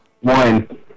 One